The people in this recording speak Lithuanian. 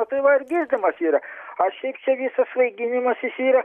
nu tai va ir girdymas yra a šiaip čia visas svaiginimasis yra